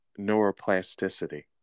neuroplasticity